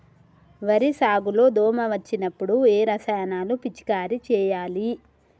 వరి సాగు లో దోమ వచ్చినప్పుడు ఏ రసాయనాలు పిచికారీ చేయాలి?